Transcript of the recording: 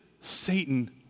Satan